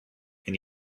and